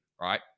right